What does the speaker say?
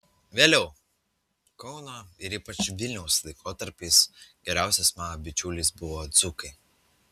vėliau kauno ir ypač vilniaus laikotarpiais geriausiais mano bičiuliais buvo dzūkai